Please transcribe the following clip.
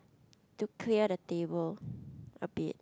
to clear the table a bit